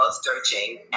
searching